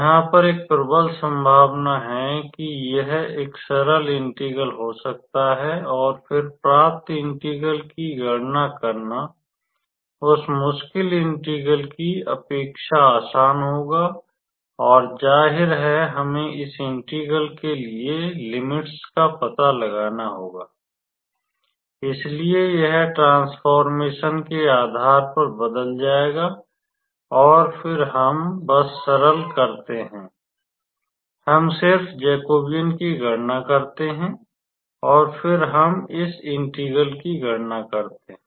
यहा पर एक प्रबल संभावना है कि यह एक सरल इंटीग्रल हो सकता है और फिर प्राप्त इंटीग्रल की गणना करना उस मुश्किल इंटीग्रल की अपेक्षा आसान होगा और जाहिर है हमे इस इंटीग्रल के लिए लिमिट्स का पता लगाना होगा इसलिए यह ट्रांस्फ़ोर्मेशन के आधार पर बदल जाएगा और फिर हम बस सरल करते हैं हम सिर्फ जकोबियन की गणना करते हैं और फिर हम इस इंटीग्रल की गणना करते हैं